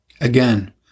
Again